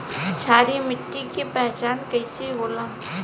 क्षारीय मिट्टी के पहचान कईसे होला?